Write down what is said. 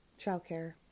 childcare